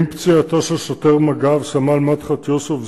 עם פציעתו של שוטר מג"ב סמל מדחת יוסף,